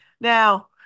Now